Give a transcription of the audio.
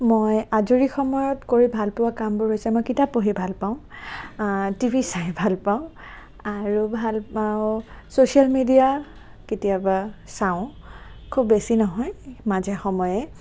মই আজৰি সময়ত কৰি ভাল পোৱা কামবোৰ হৈছে মই কিতাপ পঢ়ি ভাল পাওঁ টিভি চাই ভাল পাওঁ আৰু ভাল পাওঁ ছ'চিয়েল মিডিয়া কেতিয়াবা চাওঁ খুব বেছি নহয় মাজে সময়ে